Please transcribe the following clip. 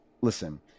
listen